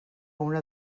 una